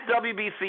WBC